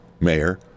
Mayor